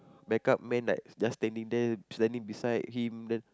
backup man like just standing there standing beside him then